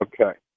Okay